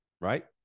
right